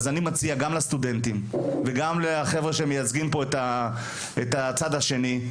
אז אני מציע גם לסטודנטים וגם לחבר'ה שמייצגים פה את הצד השני,